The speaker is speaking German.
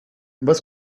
was